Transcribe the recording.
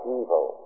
evil